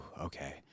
okay